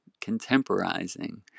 contemporizing